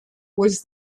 was